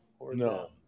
No